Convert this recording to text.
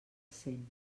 cent